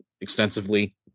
extensively